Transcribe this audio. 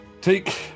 Take